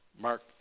Mark